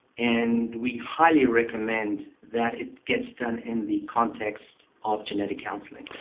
and we highly recommend that it gets done in the context of genetic counselling.